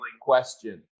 question